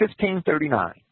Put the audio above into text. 1539